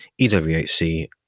EWHC